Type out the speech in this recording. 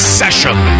session